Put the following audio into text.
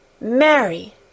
MARY